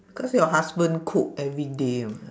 cause your husband cook everyday [what]